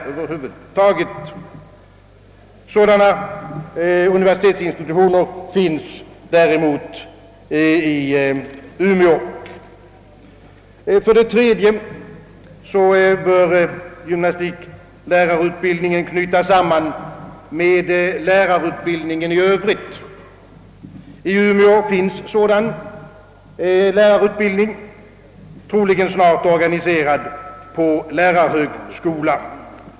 Det finns däremot tillgång till sådana i Umeå. För det tredje bör gymnastiklärarutbildningen knytas samman med lärarutbildningen i övrigt. I Umeå finns så dan lärarutbildning, troligen snart organiserad på lärarhögskola.